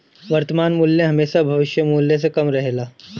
वर्तमान मूल्य हेमशा भविष्य मूल्य से कम रहेला